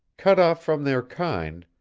cut off from their kind,